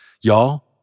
y'all